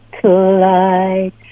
collide